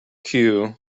queue